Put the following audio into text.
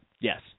Yes